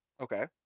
Okay